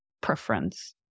preference